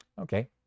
Okay